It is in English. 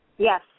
Yes